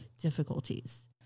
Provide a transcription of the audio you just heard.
difficulties